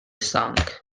sunk